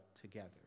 together